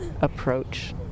approach